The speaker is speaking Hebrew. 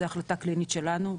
זו החלטה קלינית שלנו,